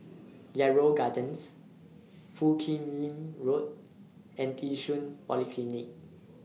Yarrow Gardens Foo Kim Lin Road and Yishun Polyclinic